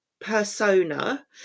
persona